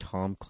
Tom